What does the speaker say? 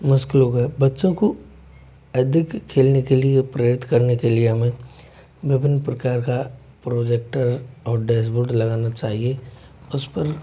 मुश्किल हो गया बच्चों को अधिक खेलने के लिए प्रेरित करने के लिए हमें विभिन्न प्रकार का प्रोजेक्टर और डैशबोर्ड लगाना चाहिए उस पर